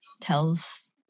tells